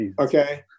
Okay